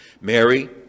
Mary